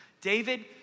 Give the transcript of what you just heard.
David